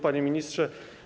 Panie Ministrze!